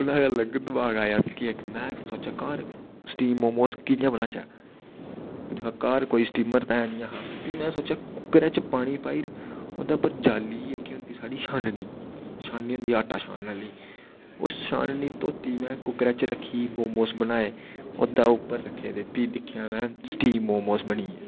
अपना गै अलग दमाग आया मिगी इक्क में सोचेआ घर स्टीम मोमोस कियां बनाचै ते घर कोई स्टीमर ऐहा निं हा भी में सोचेआ कुक्करै च पानी पाई ओड़ ओह् जाली जेह्ड़ी होंदी साढ़ी छाननी छाननी होंदी आटा छानने आह्ली ओह् छाननी धोती में कुक्करै च रक्खी मोमोस बनाये ओह्दे पर रक्खे भी दिक्खेआ में स्टीम मोमोस बनी गे